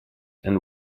and